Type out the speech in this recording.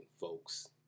folks